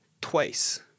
twice